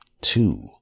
two